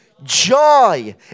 joy